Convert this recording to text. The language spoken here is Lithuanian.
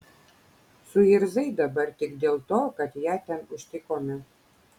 suirzai dabar tik dėl to kad ją ten užtikome